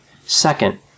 Second